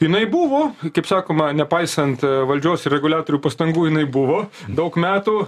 jinai buvo kaip sakoma nepaisant valdžios reguliatorių pastangų jinai buvo daug metų